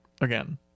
again